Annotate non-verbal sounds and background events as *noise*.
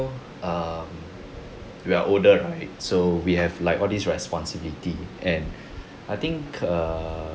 um we are older right so we have like all this responsibility and *breath* I think err